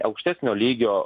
aukštesnio lygio